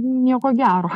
nieko gero